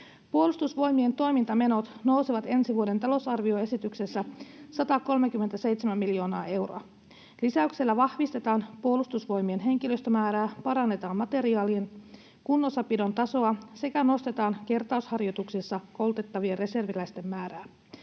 Puolustusvoimien toimintamenot nousevat ensi vuoden talousarvioesityksessä 137 miljoonaa euroa. Lisäyksellä vahvistetaan Puolustusvoimien henkilöstömäärää, parannetaan materiaalien kunnossapidon tasoa sekä nostetaan kertausharjoituksissa koulutettavien reserviläisten määrää.